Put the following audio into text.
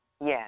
Yes